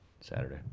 Saturday